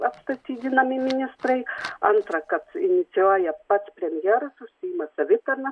atstatydinami ministrai antra kad inicijuoja pats premjeras užsiima savitarna